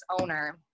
owner